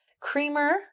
creamer